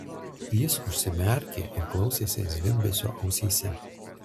jis užsimerkė ir klausėsi zvimbesio ausyse